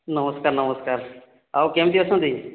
ନମସ୍କାର ନମସ୍କାର ଆଉ କେମିତି ଅଛନ୍ତି